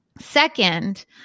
Second